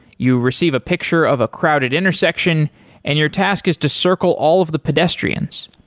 you receive a picture of a crowded intersection and your task is to circle all of the pedestrians.